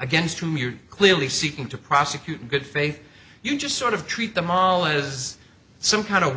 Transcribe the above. against whom you're clearly seeking to prosecute and good for if you just sort of treat them all as some kind of